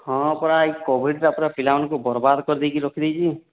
ହଁ ପରା ଏଇ କୋଭିଡ଼୍ଟା ପୁରା ପିଲାମାନଙ୍କୁ ବରବାଦ୍ କରି ଦେଇକି ରଖି ଦେଇଛି